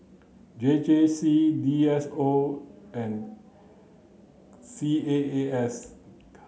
J J C D S O and C A A S